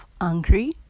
angry